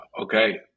okay